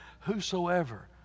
Whosoever